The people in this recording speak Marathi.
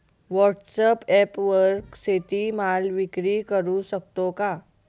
व्हॉटसॲपवर शेती माल विक्री करु शकतो का?